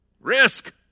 Risk